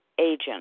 agent